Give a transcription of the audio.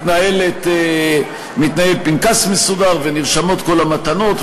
מתנהל פנקס מסודר ונרשמות כל המתנות,